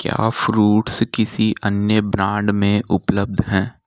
क्या फ्रूट्स किसी अन्य ब्रांड में उपलब्ध हैं